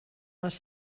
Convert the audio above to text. les